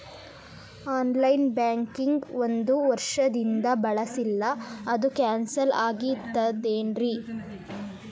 On line banking ಒಂದ್ ವರ್ಷದಿಂದ ಬಳಸಿಲ್ಲ ಅದು ಕ್ಯಾನ್ಸಲ್ ಆಗಿರ್ತದೇನ್ರಿ?